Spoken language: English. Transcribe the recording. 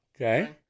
Okay